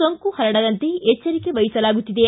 ಸೋಂಕು ಪರಡದಂತೆ ಎಚ್ಚರಿಕೆ ವಹಿಸಲಾಗುತ್ತಿದೆ